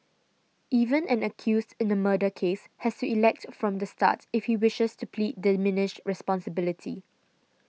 even an accused in a murder case has to elect from the start if he wishes to plead diminished responsibility